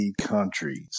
countries